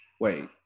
Wait